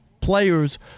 players